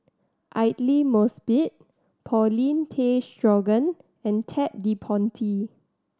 Aidli Mosbit Paulin Tay Straughan and Ted De Ponti